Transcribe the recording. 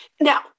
Now